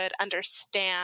understand